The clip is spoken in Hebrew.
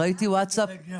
צריך לפתוח